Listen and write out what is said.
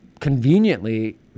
conveniently